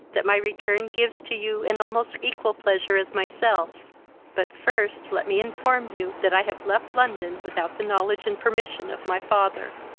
that my return gives to you an almost equal pleasure as myself but, first, let me inform you that i have left london without the knowledge and permission of my father.